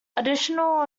additional